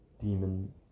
demon